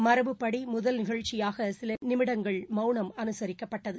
மரபுப்படி முதல் நிகழ்ச்சியாக சில நிமிடங்கள் மௌனம் அனுசிக்கப்பட்டது